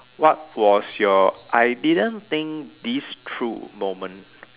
what was your I didn't think this through moment